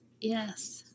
Yes